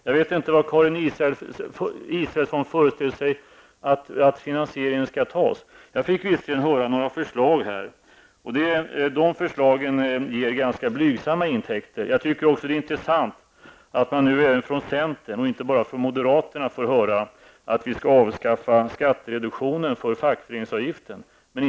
Jag vet inte hur Karin Israelsson föreställer sig att finansieringen skall genomföras. Jag fick visserligen höra några förslag här, och de ger ganska blygsamma intäkter. Det är intressant att man nu även från centern och inte bara från moderaterna får höra att vi skall avskaffa skattereduktionen för fackföreningsavgiften.